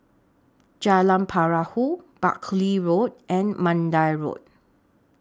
Jalan Perahu Buckley Road and Mandai Road